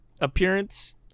appearance